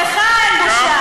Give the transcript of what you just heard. לך אין בושה.